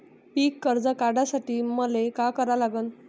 पिक कर्ज काढासाठी मले का करा लागन?